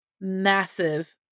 massive